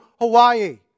Hawaii